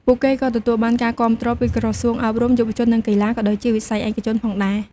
ពួកគេក៏ទទួលបានការគាំទ្រពីក្រសួងអប់រំ យុវជន និងកីឡា ក៏ដូចជាវិស័យឯកជនផងដែរ។